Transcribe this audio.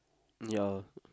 ya